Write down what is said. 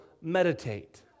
meditate